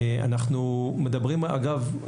אגב,